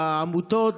בעמותות,